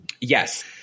Yes